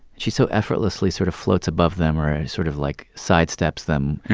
she so effortlessly sort of floats above them or sort of, like, sidesteps them.